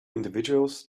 individuals